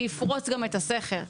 שיפרוץ את הסכר.